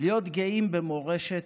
להיות גאים במורשת,